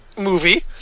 movie